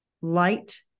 light